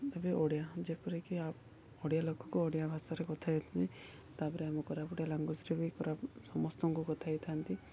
ଏବେ ଓଡ଼ିଆ ଯେପରିକି ଓଡ଼ିଆ ଲୋକକୁ ଓଡ଼ିଆ ଭାଷାରେ କଥା ତା'ପରେ ଆମେ କୋରାପୁଟିଆ ଲାଙ୍ଗୁଏଜ୍ରେ ବି ସମସ୍ତଙ୍କୁ କଥା ହେଇଥାନ୍ତି